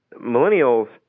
millennials